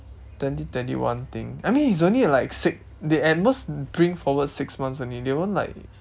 twenty twenty one thing I mean it's only like six they at most bring forward six months only they won't like